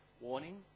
warning